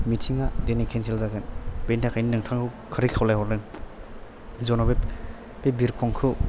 मिटिङा दिनै केनसेल जागोन बिनि थाखायनो नोंथांखौ गोख्रै खावलायहरदों जन' बे बिरखंखौ